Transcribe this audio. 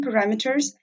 parameters